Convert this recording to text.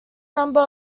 number